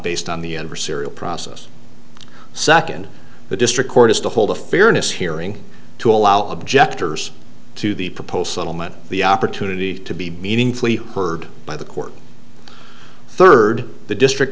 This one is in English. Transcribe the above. based on the enver serial process second the district court is to hold a fairness hearing to allow objectors to the proposed settlement the opportunity to be meaningfully heard by the court third the district